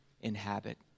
inhabit